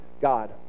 God